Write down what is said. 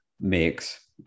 makes